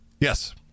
Yes